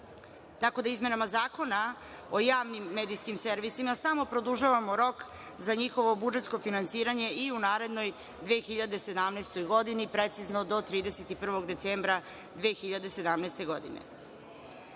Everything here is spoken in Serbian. tako da izmenama Zakona o javnim medijskim servisima samo produžavamo rok za njihovo budžetsko finansiranje i u narednoj 2017. godini, precizno do 31. decembra 2017. godine. Uz